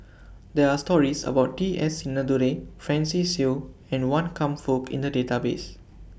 There Are stories about T S Sinnathuray Francis Seow and Wan Kam Fook in The Database